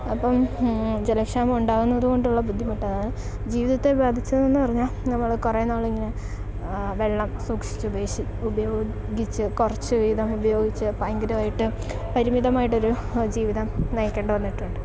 അപ്പം ജലക്ഷാമം ഉണ്ടാകുന്നത് കൊണ്ടുള്ള ബുദ്ധിമുട്ടാണ് ജീവിതത്തെ ബാധിച്ചതെന്ന് പറഞ്ഞാൽ നമ്മൾ കുറേ നാൾ ഇങ്ങനെ വെള്ളം സൂക്ഷിച്ച് ഉപയോഗിച്ച് കുറച്ച് വീതം ഉപയോഗിച്ച് ഭയങ്കരമായിട്ട് പരിമിതമായിട്ട് ഒരു ജീവിതം നയിക്കേണ്ടി വന്നിട്ടുണ്ട്